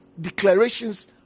declarations